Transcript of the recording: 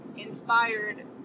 inspired